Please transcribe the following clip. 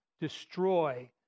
destroy